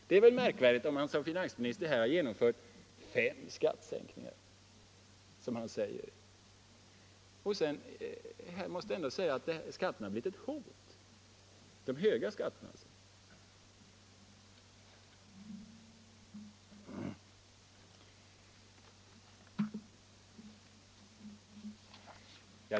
Det är väl märkligt om man, som finansministern säger, genomfört fem skattesänkningar men de höga skatterna ändå blivit ett hot.